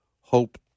hope